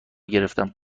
گرفتم